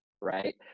right